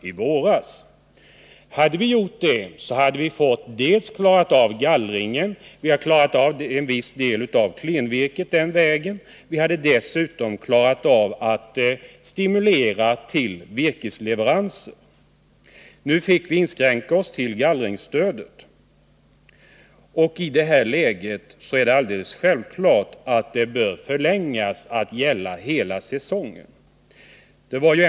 Om fp-regeringens förslag hade genomförts i sin helhet, hade vi dels klarat av gallringen, dels klarat vissa delar av klenvirket. Vi hade dessutom stimulerat virkesleveranserna. Nu fick vi inskränka oss till gallringsstödet. I dagens läge är det alldeles självklart att gallringsstödet bör förlängas till att gälla hela säsongen.